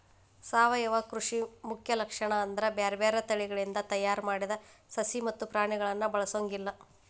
ಸಾವಯವ ಕೃಷಿ ಮುಖ್ಯ ಲಕ್ಷಣ ಅಂದ್ರ ಬ್ಯಾರ್ಬ್ಯಾರೇ ತಳಿಗಳಿಂದ ತಯಾರ್ ಮಾಡಿದ ಸಸಿ ಮತ್ತ ಪ್ರಾಣಿಗಳನ್ನ ಬಳಸೊಂಗಿಲ್ಲ